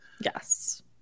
Yes